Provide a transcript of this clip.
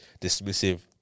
dismissive